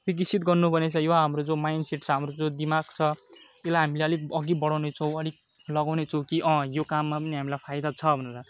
विकसित गरिनु पर्ने छ यो हाम्रो जो माइन्ड सेट छ हाम्रो जुन दिमाग छ त्यसलाई हामीले अलिक अघि बढाउने छौँ अलिक लगाउने छौँ कि यो काममा पनि हामीलाई फाइदा छ भनेर